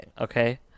okay